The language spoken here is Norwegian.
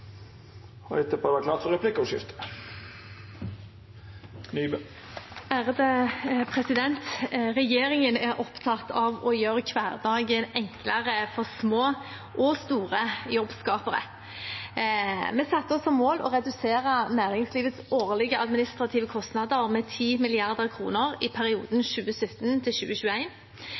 Regjeringen er opptatt av å gjøre hverdagen enklere for små og store jobbskapere. Vi satte oss som mål å redusere næringslivets årlige administrative kostnader med 10 mrd. kr i perioden 2017–2021. Det kom i tillegg til